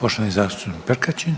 **Reiner,